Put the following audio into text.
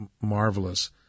marvelous